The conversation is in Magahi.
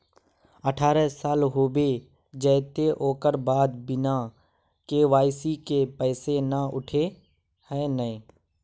अठारह साल होबे जयते ओकर बाद बिना के.वाई.सी के पैसा न उठे है नय?